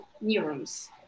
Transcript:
neurons